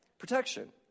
Protection